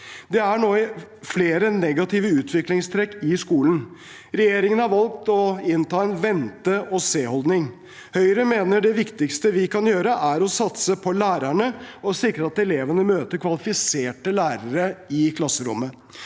Det er nå flere negative utviklingstrekk i skolen. Regjeringen har valgt å innta en vente-og-se-holdning. Høyre mener det viktigste vi kan gjøre, er å satse på lærerne og sikre at elevene møter kvalifiserte lærere i klasserommet.